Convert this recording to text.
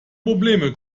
probleme